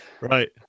Right